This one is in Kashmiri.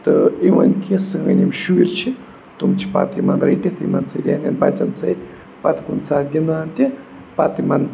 تہٕ اِوٕن کہِ سٲنۍ یِم شُرۍ چھِ تِم چھِ پَتہٕ یِمَن رٔٹِتھ یِمَن سۭتۍ زَنٮ۪ن بَچَن سۭتۍ پَتہٕ کُنہِ ساتہٕ گِنٛدان تہِ پَتہٕ یِمَن